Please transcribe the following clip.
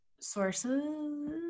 Sources